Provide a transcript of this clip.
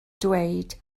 dweud